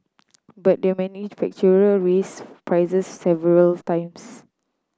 but the manufacturer raised prices several times